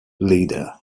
leader